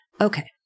Okay